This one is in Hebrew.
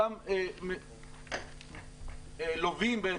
אותם לווים.